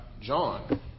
John